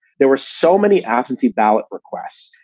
there were so many absentee ballot requests.